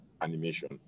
animation